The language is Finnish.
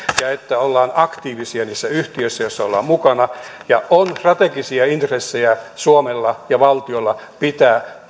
ja että ollaan aktiivisia niissä yhtiöissä joissa ollaan mukana ja on strategisia intressejä suomella ja valtiolla pitää